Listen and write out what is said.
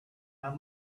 how